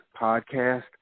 podcast